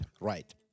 Right